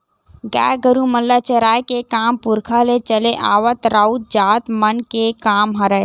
गाय गरु मन ल चराए के काम पुरखा ले चले आवत राउत जात मन के काम हरय